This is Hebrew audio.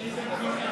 זו בדיחה.